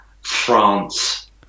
France